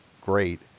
great